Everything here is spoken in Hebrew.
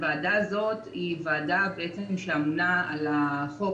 הוועדה הזאת היא וועדה שאמונה על החוק